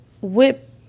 whip